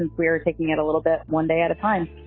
and we're taking it a little bit one day at a time